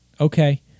Okay